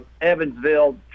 Evansville